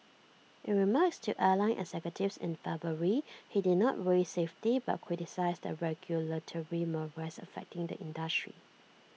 in remarks to airline executives in February he did not raise safety but criticised the regulatory morass affecting the industry